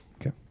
Okay